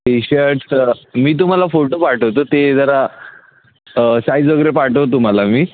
T shirt मी तुम्हाला photo पाठवतो ते जरा साईज वगैरे पाठवतो तुम्हाला मी